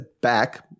back